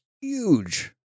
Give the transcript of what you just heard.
huge